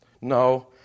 No